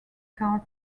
car